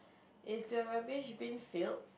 is your rubbish bin filled